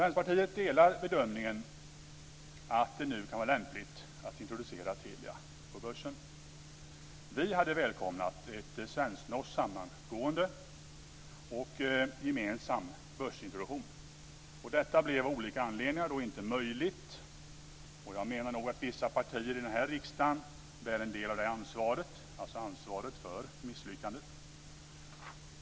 Vänsterpartiet delar bedömningen att det nu kan vara lämpligt att introducera Telia på börsen. Vi hade välkomnat ett svensk-norskt sammangående och gemensam börsintroduktion. Detta blev av olika anledningar inte möjligt. Jag menar nog att vissa partier i den här riksdagen bär en del av ansvaret för misslyckandet.